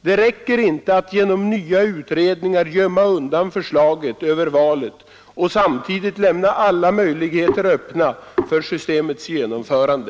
Det räcker inte att genom nya utredningar gömma undan förslaget över valet och samtidigt lämna alla möjligheter öppna för systemets genomförande.